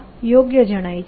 0n2 આ યોગ્ય જણાય છે